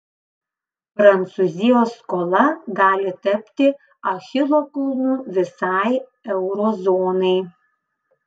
prancūzijos skola gali tapti achilo kulnu visai euro zonai